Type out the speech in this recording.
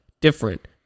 different